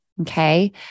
okay